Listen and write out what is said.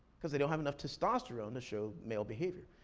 because they don't have enough testosterone to show male behavior.